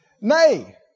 Nay